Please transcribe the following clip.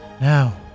Now